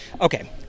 Okay